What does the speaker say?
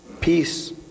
peace